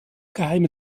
geheime